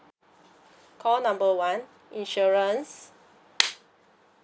call number one insurance